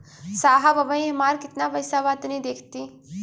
साहब अबहीं हमार कितना पइसा बा तनि देखति?